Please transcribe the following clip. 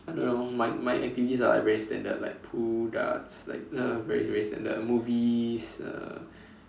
I don't know my my activities are like very standard like pool darts like uh very very standard movies uh